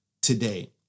today